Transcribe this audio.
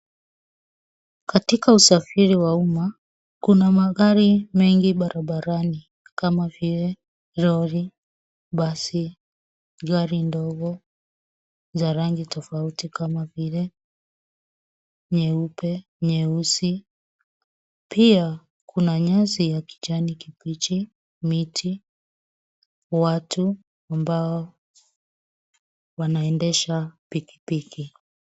Katika usafiri wa umma kuna magari mengi barabarani kama vile lori, basi gari ndogo za rangi tofatuti kama vile nyeupe, nyeusi pia kuna nyasi ya kijani kibichi, miti , watu ambao wanaendesha pikipiki.